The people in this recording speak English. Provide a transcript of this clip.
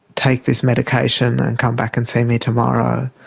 take this medication and come back and see me tomorrow,